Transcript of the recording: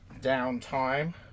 downtime